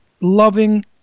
loving